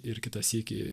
ir kitą sykį